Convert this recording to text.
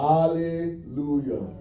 Hallelujah